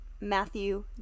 Matthew